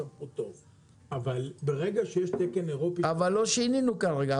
אבל ברגע שיש תקן אירופי -- לא שינינו כרגע,